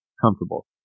comfortable